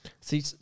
See